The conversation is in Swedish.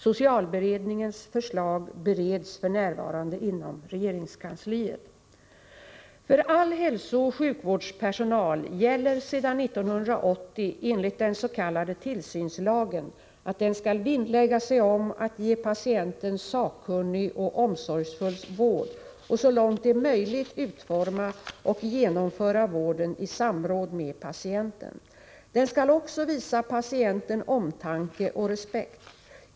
Socialberedningens förslag bereds f.n. inom regeringskansliet. För all hälsooch sjukvårdspersonal gäller sedan 1980 enligt den s.k. tillsynslagen att den skall vinnlägga sig om att ge patienten sakkunnig och omsorgsfull vård och så långt det är möjligt utforma och genomföra vården i samråd med patienten. Personalen skall också visa patienten omtanke och respekt.